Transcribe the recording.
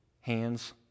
Hands